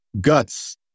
guts